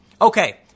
Okay